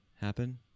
happen